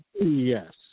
Yes